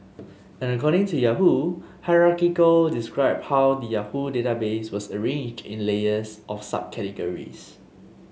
and according to Yahoo hierarchical described how the Yahoo database was arranged in layers of subcategories